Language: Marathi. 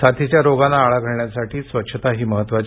साथीच्या रोगांना आळा घालण्यासाठी स्वच्छताही महत्वाची